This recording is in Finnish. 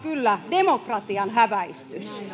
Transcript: demokratian häväistys